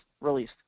release